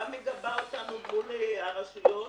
גם מגבה אותנו מול הרשויות